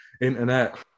internet